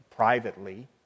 privately